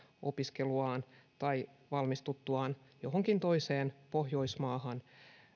opiskeluaan tai valmistuttuaan johonkin toiseen pohjoismaahan